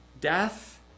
Death